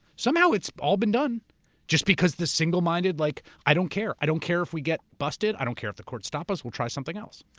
somehow it's all been done just because the single minded like, i don't care. i don't care if we get busted. i don't care if the court stops us, we'll try something else.